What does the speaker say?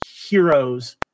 heroes